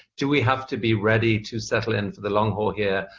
do we have to be ready to settle in for the long haul here,